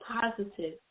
positive